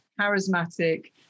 charismatic